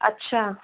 अच्छा